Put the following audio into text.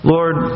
Lord